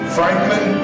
Franklin